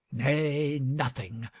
nay nothing.